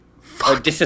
Fuck